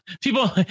People